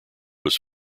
was